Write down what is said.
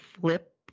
flip